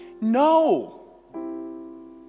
No